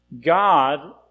God